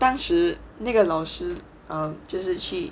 当时那个老师就是 um 去